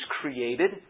created